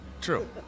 True